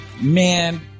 Man